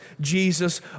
Jesus